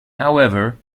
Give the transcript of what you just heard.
however